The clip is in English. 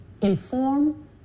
Inform